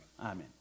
Amen